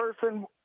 person –